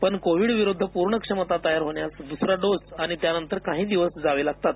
पण कोविड विरुद्ध पूर्ण क्षमता तयार होण्यास दूसरा डोस आणि त्यानंतर काही दिवस लागतात